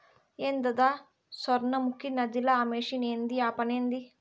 ఏందద సొర్ణముఖి నదిల ఆ మెషిన్ ఏంది ఆ పనేంది